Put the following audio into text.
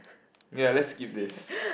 ye let's skip this